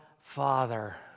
father